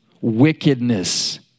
Wickedness